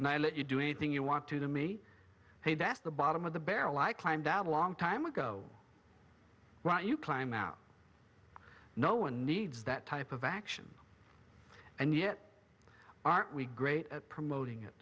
i let you do anything you want to to me hey that's the bottom of the barrel i climbed out a long time ago right you climb out no one needs that type of action and yet aren't we great at promoting it